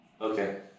Okay